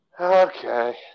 Okay